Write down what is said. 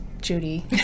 Judy